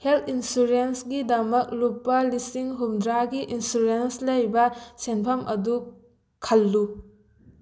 health insurance ꯒꯤ ꯗꯃꯛ ꯂꯨꯄꯥ ꯂꯤꯁꯤꯡ ꯍꯨꯝꯐꯨꯇꯔꯥꯒꯤ ꯏꯟꯁꯨꯔꯦꯟꯁ ꯂꯩꯕ ꯁꯦꯟꯐꯝ ꯑꯗꯨ ꯈꯜꯂꯨ